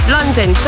London